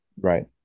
right